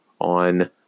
on